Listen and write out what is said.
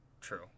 True